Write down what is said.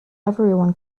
everyone